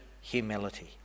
humility